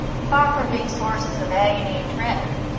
far from being sources of agony and dread,